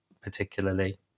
particularly